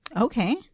Okay